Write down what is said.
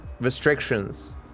restrictions